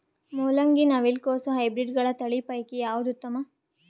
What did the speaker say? ಮೊಲಂಗಿ, ನವಿಲು ಕೊಸ ಹೈಬ್ರಿಡ್ಗಳ ತಳಿ ಪೈಕಿ ಯಾವದು ಉತ್ತಮ?